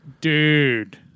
dude